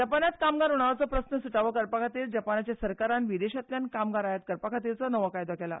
जपानांत कामगार उणावाचो प्रस्न सुटावो करपा खातीर जपानाच्या सरकारान विदेशांतल्यान कामगार आयात करपा खातीर नवो कायदो केला